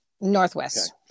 northwest